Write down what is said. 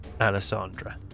Alessandra